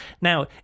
now